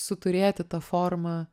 suturėti tą formą